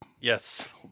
Yes